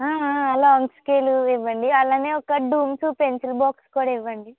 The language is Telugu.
లాంగ్ స్కేలు ఇవ్వండి అలానే ఒక డూమ్స్ పెన్సిల్ బాక్స్ కూడా ఇవ్వండి